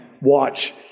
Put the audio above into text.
watch